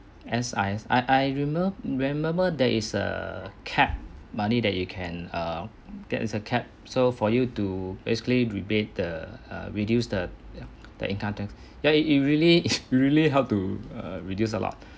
S_R_S I I rememeber remember there is a cap money that you can err that is a cap so for you to basically rebate the err reduce the the income tax ya it it really it really helped to reduce a lot